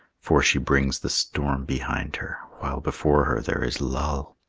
for she brings the storm behind her while before her there is lull.